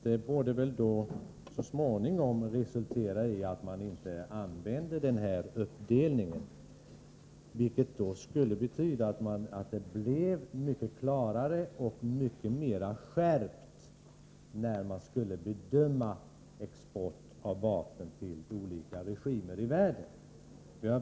Detta borde väl så småningom resultera i att man inte använder den uppdelningen, vilket skulle betyda att det blev en mycket klarare och mera skärpt bedömning när det gäller export av vapen till olika regimer i världen.